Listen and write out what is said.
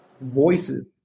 voices